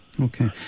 okay